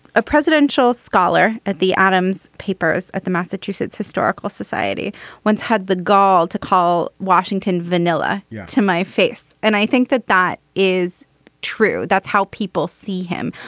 a presidential scholar at the adams papers at the massachusetts historical society once had the gall to call washington vanilla yeah to my face. and i think that that is true. that's how people see him.